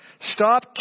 Stop